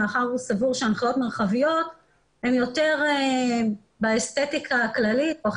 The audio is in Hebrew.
מאחר שהוא סבור שהנחיות מרחביות הן יותר באסתטיקה הכללית או החיצונית.